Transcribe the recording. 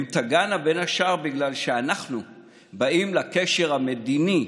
הן תגענה בין השאר בגלל שאנחנו באים לקשר המדיני,